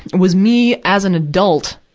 was me as an adult,